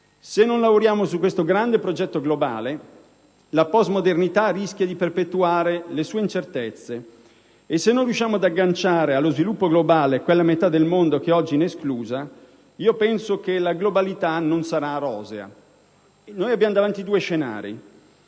Se non lavoriamo su questo grande progetto globale, la post-modernità rischia di perpetuare le sue incertezze. Se non riusciamo ad agganciare allo sviluppo globale quella metà del mondo che oggi ne è esclusa, la globalità non sarà rosea. Ci si prospettano due scenari: